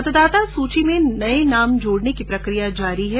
मतदाता सूची में नए नाम जोड़ने की प्रक्रिया जारी है